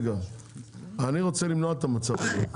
אני רוצה למנוע את המצב הזה.